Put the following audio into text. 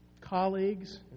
colleagues